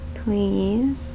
please